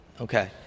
Okay